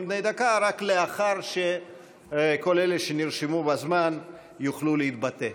בני דקה רק לאחר שכל אלה שנרשמו בזמן יוכלו להתבטא.